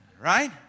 Right